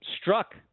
struck